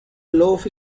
loaf